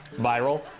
Viral